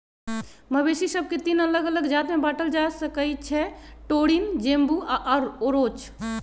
मवेशि सभके तीन अल्लग अल्लग जात में बांटल जा सकइ छै टोरिन, जेबू आऽ ओरोच